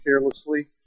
carelessly